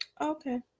okay